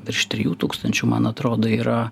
virš trijų tūkstančių man atrodo yra